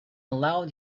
allowed